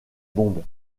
bombes